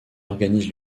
organise